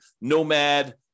nomad